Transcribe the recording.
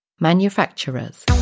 manufacturers